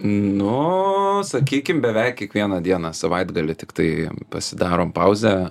nu sakykim beveik kiekvieną dieną savaitgalį tiktai pasidarom pauzę